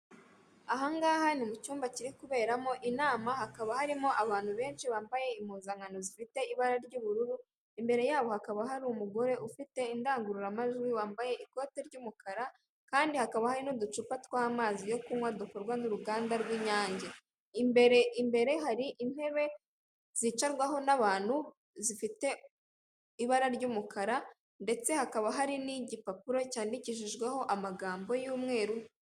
Aha ngaha ni mu cyumba kiri kuberamo inama, hakaba harimo abantu benshi bambaye impuzankano zifite ibara ry'ubururu, imbere yabo hakaba hari umugore ufite indangururamajwi, wambaye ikote ry'umukara kandi hakaba hari n'uducupa tw'amazi yo kunywa dukorwa n'uruganda rw'Inyange. Imbere hari intebe zicarwaho n'abantu, zifite ibara ry'umukara ndetse hakaba hari n'igipapuro cyandikijejweho amagambo y'umweru